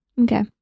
Okay